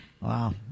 Wow